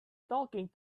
talking